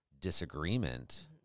disagreement